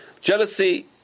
Jealousy